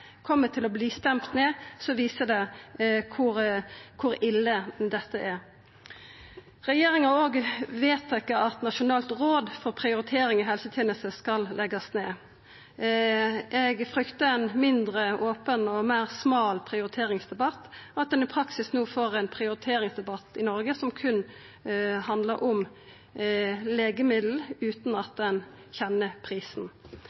viser det kor ille dette er. Regjeringa har òg vedtatt at Nasjonalt råd for prioritering i helsetenesta skal leggjast ned. Eg fryktar ein mindre open og meir smal prioriteringsdebatt, og at ein i praksis no får ein prioriteringsdebatt i Noreg som berre handlar om legemiddel, utan at ein kjenner prisen.